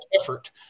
effort